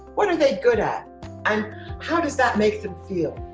what are they good at and how does that make them feel?